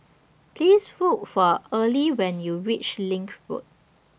Please Look For Arley when YOU REACH LINK Road